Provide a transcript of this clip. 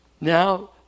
Now